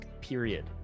period